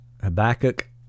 Habakkuk